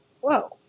whoa